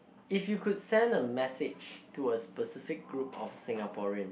if you could send a message to a specific group of Singaporeans